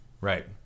Right